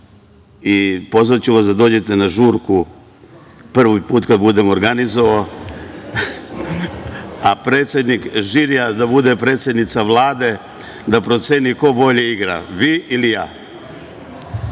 i pozvaću vas da dođete na žurku, prvi put kada je budem organizovao, a predsednik žirija da bude predsednica Vlade da proceni ko bolje igra - vi li ja.